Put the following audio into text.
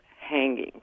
hanging